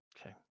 okay